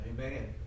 Amen